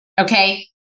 okay